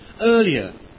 earlier